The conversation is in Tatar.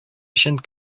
өчен